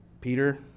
Peter